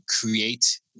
create